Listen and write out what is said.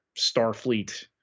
Starfleet